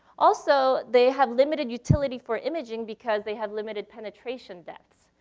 also, they have limited utility for imaging because they have limited penetration depths.